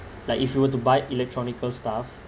like if you were to buy electronical stuff